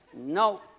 No